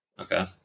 Okay